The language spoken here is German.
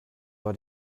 war